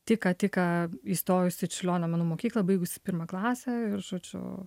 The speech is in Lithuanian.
tik ką tik ką įstojusi į čiurlionio menų mokyklą baigusi pirmą klasę ir žodžiu